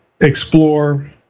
explore